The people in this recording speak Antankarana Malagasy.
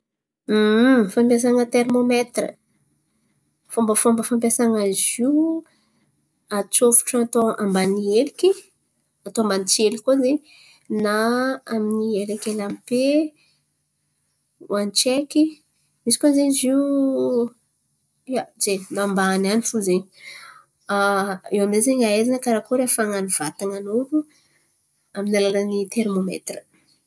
Fampiasan̈a terimômetira, fômbafômba fampiasan̈a izy io. Atsôfotro atao ambany heliky atao ambanin-tseliky koa zen̈y na amin'ny elakelam-pe hoan'ny tsaiky. Izy koa zen̈y izy io, ia, zen̈y na ambany an̈y fo zen̈y. Iô amy zay zen̈y ahaizana karakôry hafan̈an'ny vatan̈an'olo amin'ny alalan'ny terimômetira.